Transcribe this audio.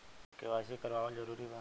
KYC करवावल जरूरी बा?